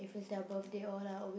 if it's their birthday all lah obviou~